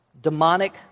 demonic